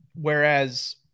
Whereas